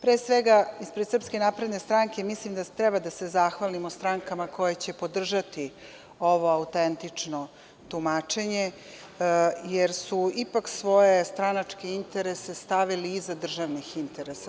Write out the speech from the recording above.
Pre svega, ispred SNS mislim da treba da se zahvalimo strankama koje će podržati ovo autentično tumačenje, jer su ipak svoje stranačke interese stavili iza državnih interesa.